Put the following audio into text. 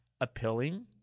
appealing